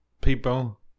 people